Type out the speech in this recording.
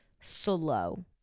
slow